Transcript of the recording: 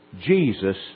Jesus